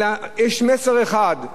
אלא יש מסר אחד.